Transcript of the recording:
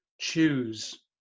choose